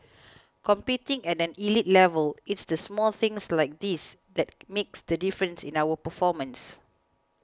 competing at an elite level it's the small things like this that makes the difference in our performance